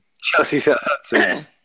Chelsea-Southampton